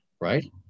right